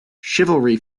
chivalry